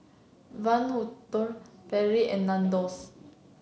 Van Houten Perrier and Nandos